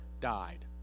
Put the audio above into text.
died